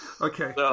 okay